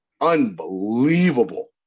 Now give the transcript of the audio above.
unbelievable